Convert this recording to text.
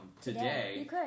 today